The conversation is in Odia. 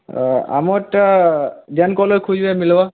ଆମର୍ଟା ଯେନ୍କେ ଗଲେ ଖୁଜ୍ବେ ମିଲ୍ବା